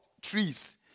Trees